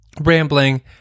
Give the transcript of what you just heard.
rambling